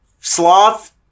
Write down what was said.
Sloth